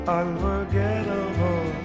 unforgettable